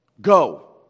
Go